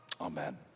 amen